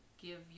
give